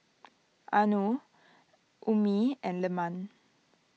Anuar Ummi and Leman